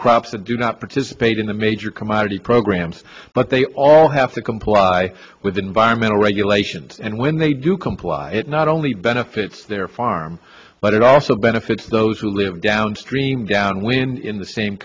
crops that do not participate in the major commodity programmes but they all have to comply with environmental regulations and when they do comply it not only benefits their farm but it also benefits those who live downstream downwind in the same